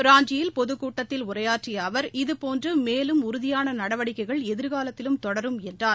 ராஞ்சியில் பொதுக்கூட்டத்தில் உரையாற்றிய அவர் இதுபோன்று மேலும் உறுதியான நடவடிக்கைகள் எதிர்காலத்திலும் தொடரும் என்றார்